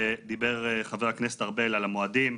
דיבר חבר הכנסת ארבל על המועדים,